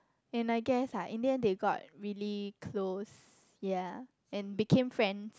and I guess ah in the end they got really close ya and became friends